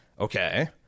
Okay